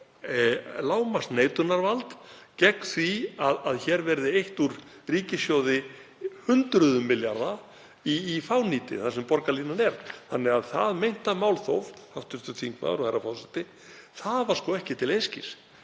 lágmarksneitunarvald gegn því að hér verði eytt úr ríkissjóði hundruðum milljarða í fánýti þar sem borgarlínan er. Þannig að það meinta málþóf, hv. þingmaður og herra forseti, var sko ekki til einskis.